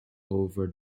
over